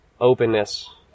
openness